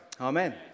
Amen